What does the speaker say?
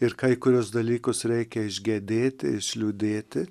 ir kai kuriuos dalykus reikia išgedėti liūdėti